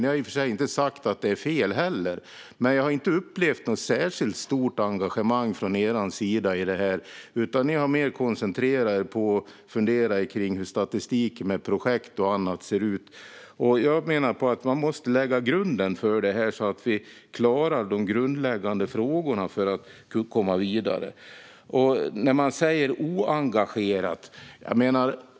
Ni har i och för sig inte heller sagt att det är fel, men jag har inte upplevt något särskilt stort engagemang från er sida. Ni har mer koncentrerat er på att fundera på hur statistik för projekt och annat ser ut. Jag menar att man måste lägga grunden för detta så att vi klarar de grundläggande frågorna för att kunna komma vidare. Det talas här om "oengagerat".